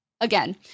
again